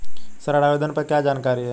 ऋण आवेदन पर क्या जानकारी है?